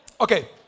Okay